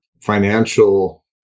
financial